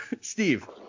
Steve